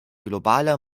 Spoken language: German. globale